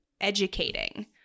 educating